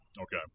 Okay